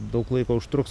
daug laiko užtruks